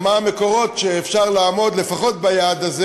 מה המקורות שיאפשרו לעמוד לפחות ביעד הזה.